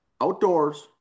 outdoors